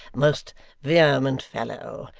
most vehement fellow!